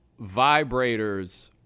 vibrators